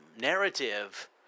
narrative